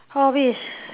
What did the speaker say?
hobbies